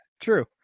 true